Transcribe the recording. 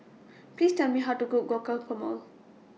Please Tell Me How to Cook